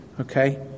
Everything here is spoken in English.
Okay